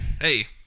Hey